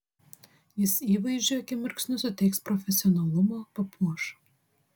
jis įvaizdžiui akimirksniu suteiks profesionalumo papuoš